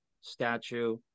statue